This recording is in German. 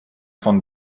von